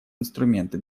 инструменты